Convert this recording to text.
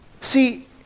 See